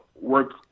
work